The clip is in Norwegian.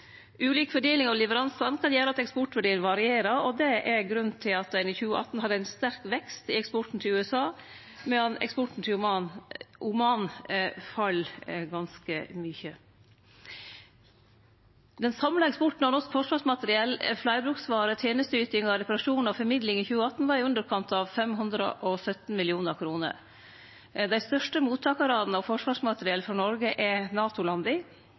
av leveransar kan gjere at eksportverdien varierer. Det er grunnen til at ein i 2018 hadde ein sterk vekst i eksporten til USA, medan eksporten til Oman fall ganske mykje. Den samla eksporten av norsk forsvarsmateriell, fleirbruksvarer, tenesteytingar, reparasjonar og formidling i 2018 var på litt under 517 mill. kr. Dei største mottakarane av forsvarsmateriell frå Noreg er